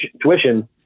tuition